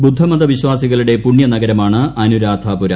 ബുദ്ധമത വിശ്വാസികളുടെ പുണ്യനഗരമാണ് അനുരാധപുര